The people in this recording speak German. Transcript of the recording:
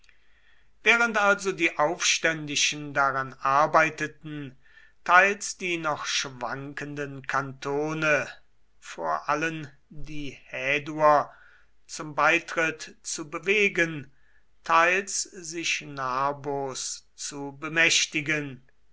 während also die aufständischen daran arbeiteten teils die noch schwankenden kantone vor allen die häduer zum beitritt zu bewegen teils sich narbos zu bemächtigen